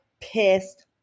pissed